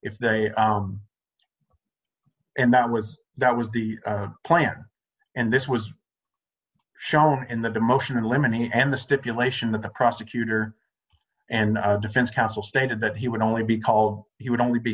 if they are and that was that was the plan and this was shown in the motion in limine and the stipulation that the prosecutor and defense counsel stated that he would only be called he would only be